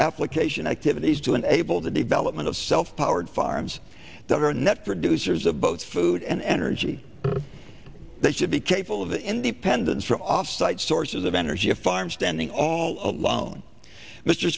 application activities to enable the development of self powered farms that are net producers of both food and energy that should be capable of independence from offsite sources of energy if i'm standing all alone mr